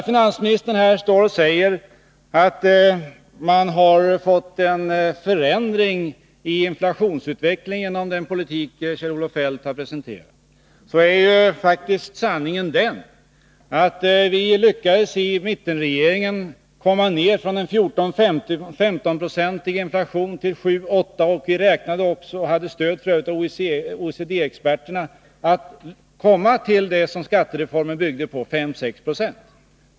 Finansministern säger här att man har fått en förändring i inflationsutvecklingen genom den politik han har presenterat, men sanningen är faktiskt den, att vi i mittenregeringen lyckades komma ned från en 14—15-procentig inflation till en 7-8-procentig. Vi räknade med — och hade stöd från OECD-experterna — att komma till de 5-6 26 som skattereformen byggde på.